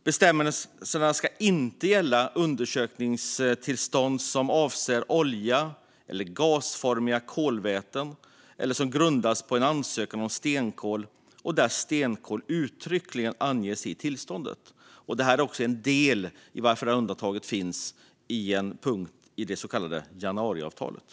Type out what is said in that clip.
Bestämmelserna ska inte gälla undersökningstillstånd som avser olja eller gasformiga kolväten eller som grundas på en ansökan om stenkol och där stenkol uttryckligen anges i tillståndet. Det undantaget finns också med som en punkt i det så kallade januariavtalet.